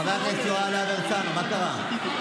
חבר הכנסת יוראי להב הרצנו, מה קרה?